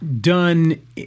done